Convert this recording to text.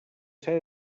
ser